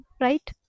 right